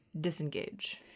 disengage